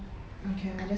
okay